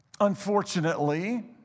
Unfortunately